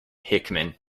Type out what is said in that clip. hickman